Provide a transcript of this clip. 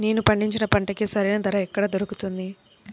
నేను పండించిన పంటకి సరైన ధర ఎక్కడ దొరుకుతుంది?